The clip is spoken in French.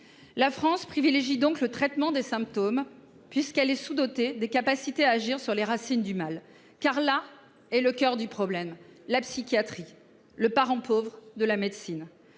La France privilégie donc le traitement des symptômes puisqu'elle est sous-dotée des capacités à agir sur les racines du mal. Car là est le coeur du problème, la psychiatrie, le parent pauvre de la médecine.